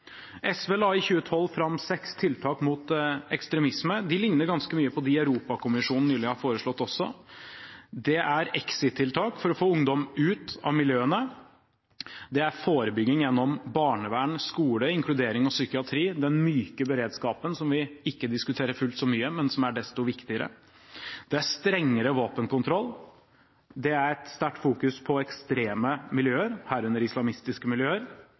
SV la i 2012 fram seks tiltak mot ekstremisme. De ligner ganske mye på dem også Europakommisjonen nylig har foreslått. Det er exit-tiltak for å få ungdom ut av miljøene. Det er forebygging gjennom barnevern, skole, inkludering og psykiatri – den myke beredskapen som vi ikke diskuterer fullt så mye, men som er desto viktigere. Det er strengere våpenkontroll. Det er en sterk fokusering på ekstreme miljøer, herunder islamistiske miljøer.